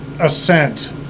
ascent